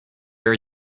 are